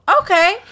okay